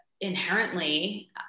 inherently